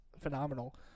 phenomenal